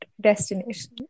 destination